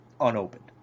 unopened